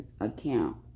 account